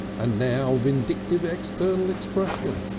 and now vindictive external expression,